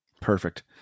Perfect